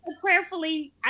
prayerfully